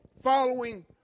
following